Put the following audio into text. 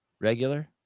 regular